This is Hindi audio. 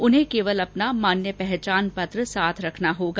उन्हें केवल अपना मान्य पहचान पत्र साथ रखना होगा